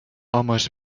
homes